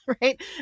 right